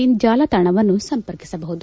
ಇನ್ ಜಾಲತಾಣವನ್ನು ಸಂಪರ್ಕಿಸಬಹುದು